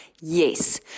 Yes